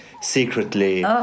secretly